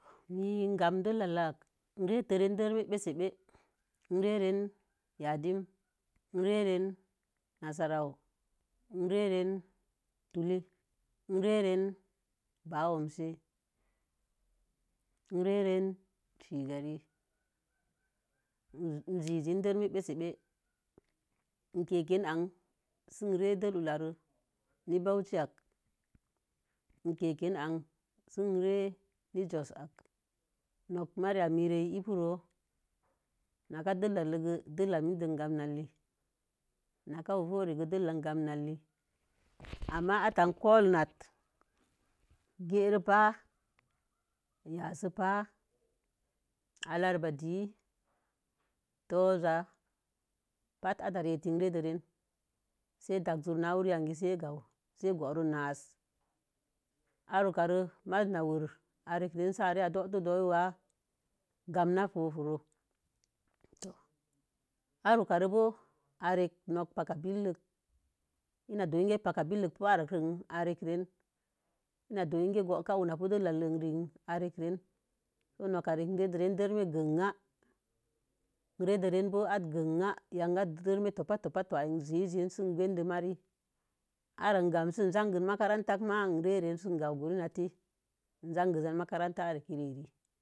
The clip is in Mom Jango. Mii n gamni tenla'ak irə tə ren dəlləmi besə’. I ren rən yadim, i re rən nasarawo, ire rən tulin, i ren rən ba'awumse. I re rən chigari, ii zizin dəlləmi be'se ɓ'eə ii kekin an si i re dəllə hu la'ar na bauchi a'ak. ii keko en si i re rə n jos a'ak nok marrii mir i puro n kə dəllək kə dəllək mii den ē gamna lil. Na kə na fufore kə. Dəllək i gan nan lil. Ama atə i kolun na ta gərepa, ya'asiupa, alararba dēə, toza batə atərə ətə re. Si ē dasə sə zu'ur seə boro̱o̱ nasə. A rə huwuka maiz na werə a rək rə si a do'owuto ganna fufuro. Arəhu karə ə rekə no̱kpaka billək ina ikə pakə billək kə na pi ara'a kə ire reni. Ina do̱o̱ in kə bo̱o̱ka wuna'a pi dəllək a'le'i arəkə rə sonoka, irek də rə dəllami ginyah, yanga dəmi a yangan topa'a to a'i. I ziher zin sə ii gədə marri ara i gamne si ii zanki nak makaranka ma, irə rən si ii gamwu gurunati ii zange zan makaranta a'rikərə